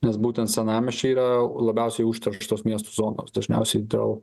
nes būtent senamiesčiai yra labiausiai užterštos miestų zonos dažniausiai dėl